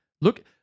look